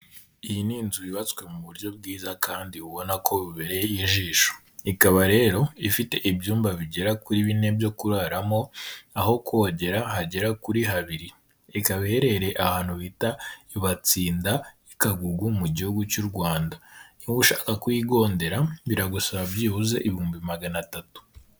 Iyi ni inzu yubatswe mu buryo bwiza kandi ubona ko bubereye ijisho. Ikaba rero ifite ibyumba bigera kuri bine byo kuraramo, aho kogera hagera kuri habiri. Ikaba iherereye ahantu bita i Batsinda, i Kagugu mu Gihugu cy'u Rwanda. Niba ushaka kuyigondera biragusaba byibuze ibihumbi magana atatu.